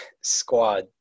squad